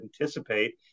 anticipate